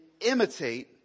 imitate